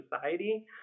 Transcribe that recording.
society